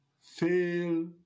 fail